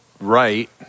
right